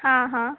हाँ हाँ